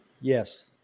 Yes